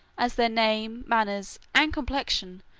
as their name, manners, and complexion,